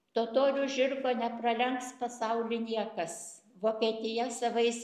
totorių žirgo nepralenks pasauly niekas vokietij savais